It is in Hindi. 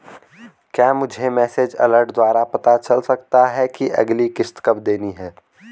क्या मुझे मैसेज अलर्ट द्वारा पता चल सकता कि अगली किश्त कब देनी है?